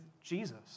Jesus